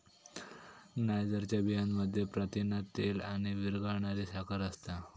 नायजरच्या बियांमध्ये प्रथिना, तेल आणि विरघळणारी साखर असता